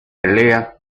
pelea